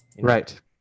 right